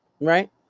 right